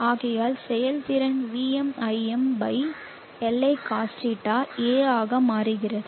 ஆகையால் செயல்திறன் VmIm by Li cos θ A ஆக மாறுகிறது